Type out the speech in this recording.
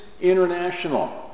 international